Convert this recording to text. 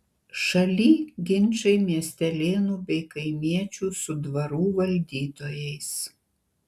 šaly ginčai miestelėnų bei kaimiečių su dvarų valdytojais